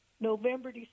November